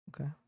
Okay